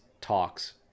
talks